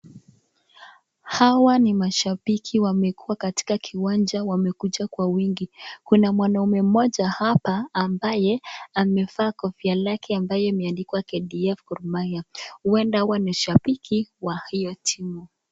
Hawa ni mashabiki wamekuwa katika kiwanja wamekuja kwa wingi. Kuna mwanaume mmoja hapa ambaye amevaa kofia lake ambayo imeandikwa KDF Gor Mahia. Huenda hawa ni shabiki wa hiyo timu.